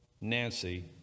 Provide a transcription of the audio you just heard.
nancy